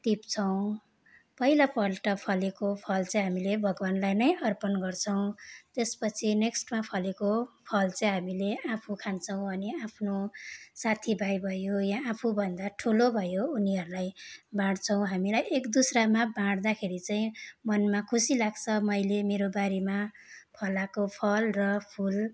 टिप्छौँ पहिलापल्ट फलेको फल चाहिँ हामीले भगवान्लाई नै अर्पण गर्छौँ त्यसपछि नेक्स्टमा फलेको फल चाहिँ हामीले आफू खान्छौँ अनि आफ्नो साथीभाइ भयो या आफूभन्दा ठुलो भयो उनीहरूलाई बाँड्छौँ हामीलाई एकदुस्रामा बाँड्दाखेरि चाहिँ मनमा खुसी लाग्छ मैले मेरो बारीमा फलाएको फल र फुल